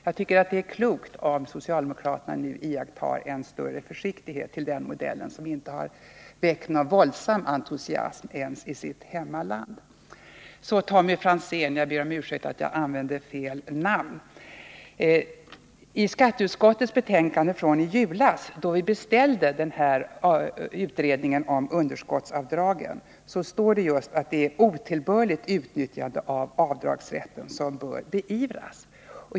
Jag tycker att det är klokt om socialdemokraterna nu iakttar en större försiktighet i sin attityd till den modellen, som inte väckt någon våldsam entusiasm ens i sitt hemland. Så till Tommy Franzén. Jag ber om ursäkt att jag använde fel namn. I skatteutskottets betänkande före jul, då vi beställde en utredning om underskottsavdragen, står det just att det är ett otillbörligt utnyttjande av avdragsrätten som bör beivras.